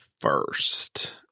first